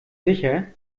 sicher